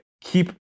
Keep